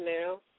now